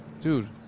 dude